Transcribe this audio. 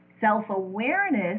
Self-awareness